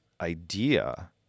idea